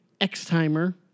X-timer